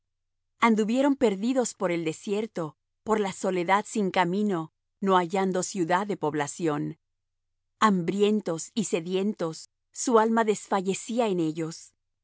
anduvieron perdidos por el desierto por la soledad sin camino no hallando ciudad de población hambrientos y sedientos su alma desfallecía en ellos